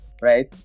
right